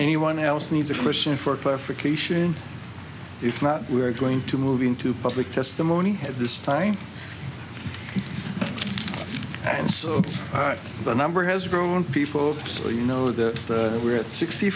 anyone else needs a question for clarification if not we are going to move into public testimony at this time and so the number has grown people so you know that we're at sixty